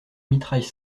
mitraille